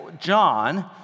John